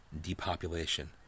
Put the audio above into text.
depopulation